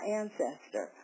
ancestor